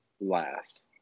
last